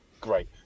Great